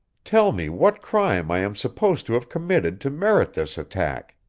tell me what crime i am supposed to have committed to merit this attack.